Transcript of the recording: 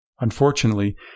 Unfortunately